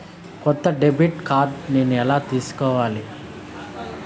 కొత్త debit card నేను ఎలా తీసుకోవాలి?